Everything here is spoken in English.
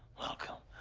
welcome.